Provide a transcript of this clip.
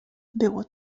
było